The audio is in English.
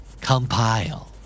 Compile